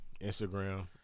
Instagram